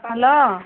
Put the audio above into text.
hello